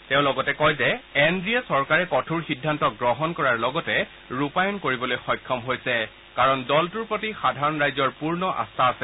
তেওঁ লগতে কয় যে এন ডি এ চৰকাৰে কঠোৰ সিদ্ধান্ত গ্ৰহণ কৰাৰ লগতে ৰূপায়ণ কৰিবলৈ সক্ষম হৈছে কাৰণ দলটোৰ প্ৰতি সাধাৰণ ৰাইজৰ পূৰ্ণ আস্থা আছে